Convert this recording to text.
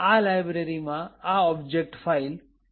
આ લાયબ્રેરીમાં આ ઓબ્જેક્ટ ફાઈલ mylib